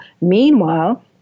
Meanwhile